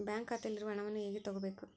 Bank ಖಾತೆಯಲ್ಲಿರುವ ಹಣವನ್ನು ಹೇಗೆ ತಗೋಬೇಕು?